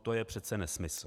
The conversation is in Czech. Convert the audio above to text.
To je přece nesmysl.